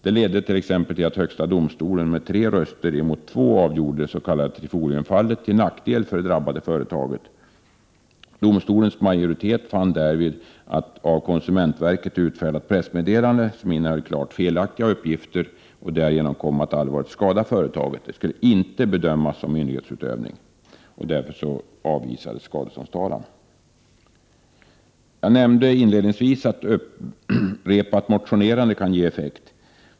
Det ledde till att högsta domstolen med tre röster mot två avgjorde det s.k. Trifoliumfallet till nackdel för det drabbade företaget. Domstolens majoritet fann därvid att konsumentverket utfärdat ett pressmeddelande som innehöll klart felaktiga uppgifter och därigenom kom att allvarligt skada företaget. Men det skulle inte bedömas som myndighetsutövning. Skadeståndstalan avvisades därför. Jag nämnde inledningsvis att upprepat motionerande kan ge effekt.